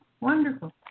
Wonderful